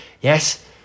yes